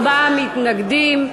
ארבעה מתנגדים,